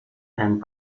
and